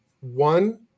one